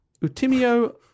Utimio